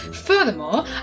Furthermore